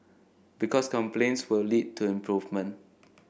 because complaints will lead to improvement